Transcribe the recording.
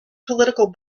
political